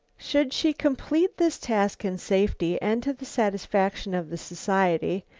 should she complete this task in safety and to the satisfaction of the society,